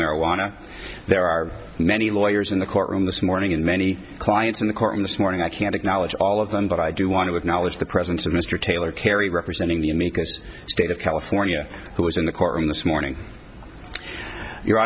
marijuana there are many lawyers in the courtroom this morning and many clients in the courtroom this morning i can't acknowledge all of them but i do want to acknowledge the presence of mr taylor carrie representing the amicus state of california who was in the courtroom this morning your